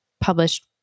published